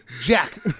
Jack